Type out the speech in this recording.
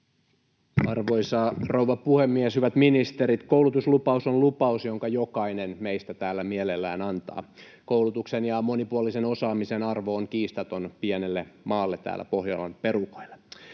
Arvoisa rouva puhemies! Hyvät ministerit! Koulutuslupaus on lupaus, jonka jokainen meistä täällä mielellään antaa. Koulutuksen ja monipuolisen osaamisen arvo on kiistaton pienelle maalle täällä Pohjolan perukoilla.